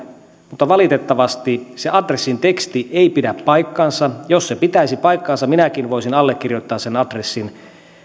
mutta valitettavasti se adressin teksti ei pidä paikkaansa jos se pitäisi paikkansa minäkin voisin allekirjoittaa sen adressin